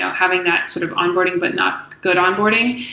having that sort of onboarding but not good onboarding,